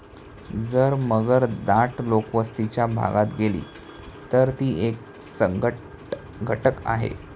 जर मगर दाट लोकवस्तीच्या भागात गेली, तर ती एक संकटघटक आहे